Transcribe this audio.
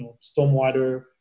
stormwater